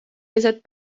keset